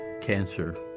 cancer